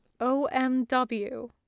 OMW